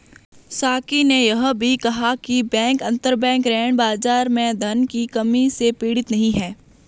साकी ने यह भी कहा कि बैंक अंतरबैंक ऋण बाजार में धन की कमी से पीड़ित नहीं हैं